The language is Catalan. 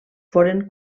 foren